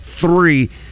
three